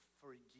forgive